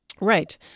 Right